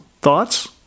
Thoughts